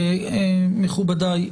מכובדיי,